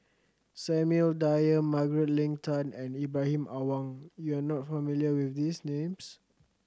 Samuel Dyer Margaret Leng Tan and Ibrahim Awang you are not familiar with these names